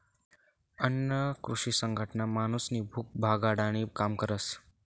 अन्न कृषी संघटना माणूसनी भूक भागाडानी काम करस